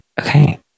okay